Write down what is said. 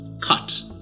cut